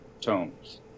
tones